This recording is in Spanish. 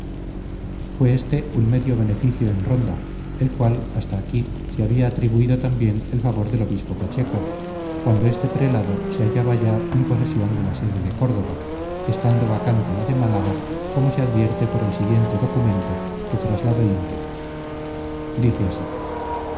fue éste un medio beneficio en ronda el cual hasta aquí se había atribuido también el favor del obispo pacheco cuando este prelado se hallaba ya en posesión de la sede de córdoba estando vacante la de málaga como se advierte por el siguiente documento que traslado íntegro dice así